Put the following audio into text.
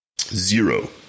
Zero